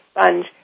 sponge